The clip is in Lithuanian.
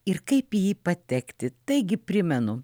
ir kaip į jį patekti taigi primenu